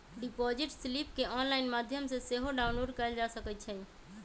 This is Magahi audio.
डिपॉजिट स्लिप केंऑनलाइन माध्यम से सेहो डाउनलोड कएल जा सकइ छइ